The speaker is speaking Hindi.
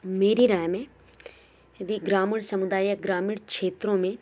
मेरी राय में यदि ग्रामीण समुदाय या ग्रामीण क्षेत्रों में